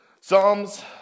Psalms